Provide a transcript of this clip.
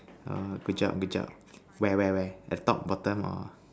err good job good job where where where at top bottom or